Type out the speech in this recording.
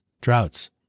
droughts